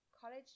College